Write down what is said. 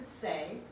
say